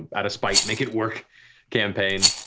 ah out of spite, make it work campaign.